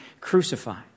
crucified